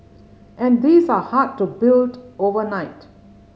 and these are hard to build overnight